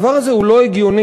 הדבר הזה לא הגיוני.